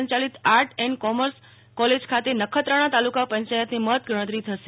સંયાલિત art and commerce college ખાતે નખત્રાણા તાલુકા પંચાયતની મતગણતરી થશે